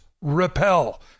repel